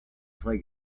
play